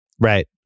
Right